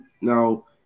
now